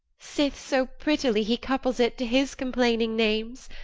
sith so prettily he couples it to his complaining names.